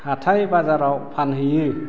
हाथाइ बाजाराव फानहैयो